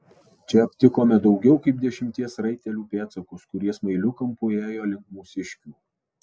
čia aptikome daugiau kaip dešimties raitelių pėdsakus kurie smailiu kampu ėjo link mūsiškių